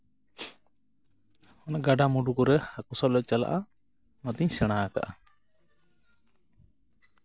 ᱚᱱᱟ ᱜᱟᱰᱟ ᱢᱩᱰᱩ ᱠᱚᱨᱮ ᱦᱟᱠᱳ ᱥᱟᱵ ᱞᱮ ᱪᱟᱞᱟᱜᱼᱟ ᱚᱱᱟᱛᱤᱧ ᱥᱮᱬᱟ ᱟᱠᱟᱫᱼᱟ